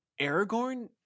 Aragorn